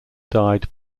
died